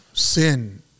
sin